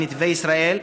ב"נתיבי ישראל",